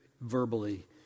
verbally